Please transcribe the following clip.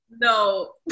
No